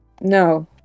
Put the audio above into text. No